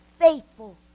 faithful